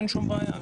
אין שום בעיה.